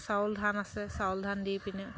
চাউল ধান আছে চাউল ধান দি পিনে